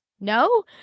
No